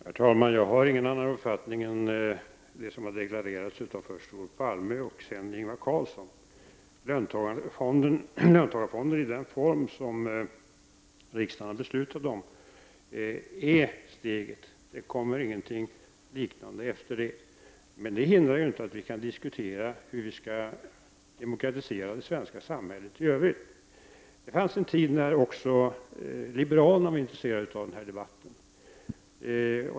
Herr talman! Jag har ingen annan uppfattning än den som har deklarerats av först Olof Palme och sedan Ingvar Carlsson. Löntagarfonder i den form som riksdagen har beslutat om är steget. Det kommer ingenting liknande efter dem. Men det hindrar inte att vi kan diskutera hur vi skall demokratisera det svenska samhället i övrigt. Det fanns en tid när också liberalerna var intresserade av denna debatt.